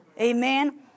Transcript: Amen